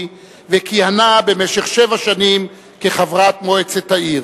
וכיהנה במשך שבע שנים כחברת מועצת העיר.